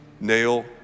nail